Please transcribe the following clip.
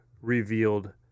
revealed